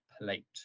plate